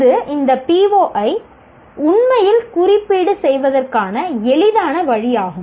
இது இந்த PO ஐ உண்மையில் குறிப்பீடு செய்வதற்கான எளிதான வழியாகும்